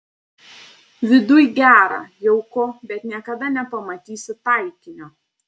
viduj gera jauku bet niekada nepamatysi taikinio